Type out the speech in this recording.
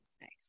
nice